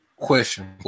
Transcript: question